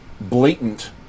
blatant